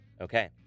Okay